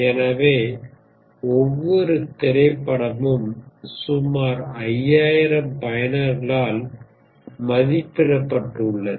எனவே ஒவ்வொரு திரைப்படமும் சுமார் 5000 பயனர்களால் மதிப்பிடப்பட்டடுள்ளது